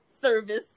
service